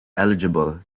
eligible